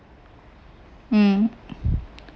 mm